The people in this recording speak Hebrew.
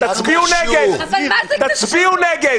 תצביעו נגד.